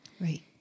Right